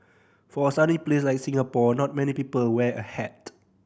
for a sunny place like Singapore not many people wear a hat